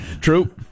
True